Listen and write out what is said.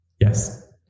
Yes